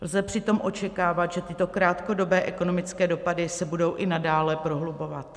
Lze přitom očekávat, že tyto krátkodobé ekonomické dopady se budou i nadále prohlubovat.